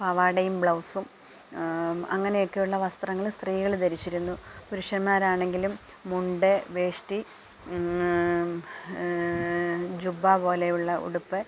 പാവാടയും ബ്ലൗസും അങ്ങനെയൊക്കെയുള്ള വസ്ത്രങ്ങൾ സ്ത്രീകൾ ധരിച്ചിരുന്നു പുരുഷന്മാർ ആണെങ്കിലും മുണ്ട് വേഷ്ട്ടി ജുബ്ബ പോലെയുള്ള ഉടുപ്പ്